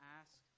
ask